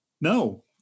No